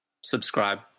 subscribe